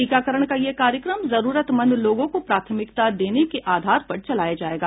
टीकाकरण का यह कार्यक्रम जरूरतमंद लोगों को प्राथमिकता देने के आधार पर चलाया जायेगा